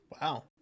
wow